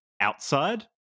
outside